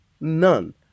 none